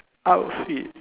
how is it